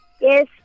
Yes